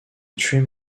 trim